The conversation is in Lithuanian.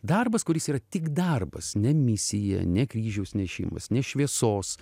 darbas kuris yra tik darbas ne misija ne kryžiaus nešimas ne šviesos